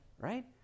Right